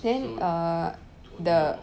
then err the